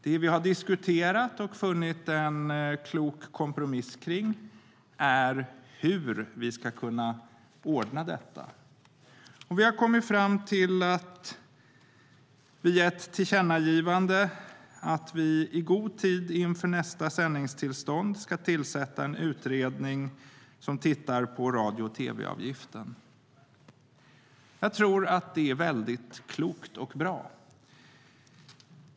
Det vi har diskuterat och funnit en klok kompromiss om är hur vi ska kunna ordna detta. Vi har kommit fram till att vi via ett tillkännagivande i god tid inför nästa sändningstillstånd ska tillsätta en utredning som tittar på radio och tv-avgiften. Jag tror att det är väldigt klokt och bra.